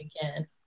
again